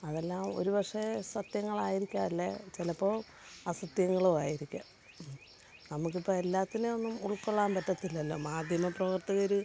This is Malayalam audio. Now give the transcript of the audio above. അതെല്ലാം ഒരു പക്ഷേ സത്യങ്ങളായിരിക്കാം അല്ലേ ചിലപ്പോൾ അസത്യങ്ങളുമായിരിക്കാം നമുക്കിപ്പോൾ എല്ലാത്തിനെയൊന്നും ഉൾക്കൊള്ളാൻ പറ്റത്തില്ലല്ലോ മാധ്യമ പ്രവർത്തകർ